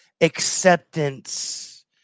acceptance